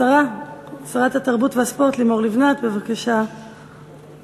שרת התרבות והספורט לימור לבנת, בבקשה תשובתך.